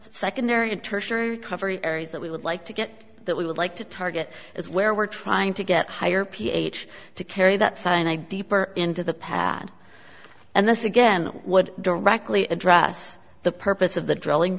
tertiary coverage areas that we would like to get that we would like to target is where we're trying to get higher ph to carry that sign i deeper into the pad and this again would directly address the purpose of the drilling